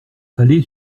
aller